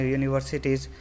universities